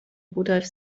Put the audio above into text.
rudolf